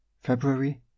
February